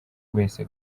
wese